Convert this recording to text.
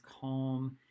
calm